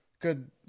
good